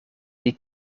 die